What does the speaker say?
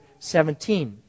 17